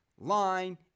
line